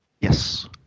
Yes